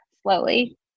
slowly